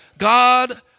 God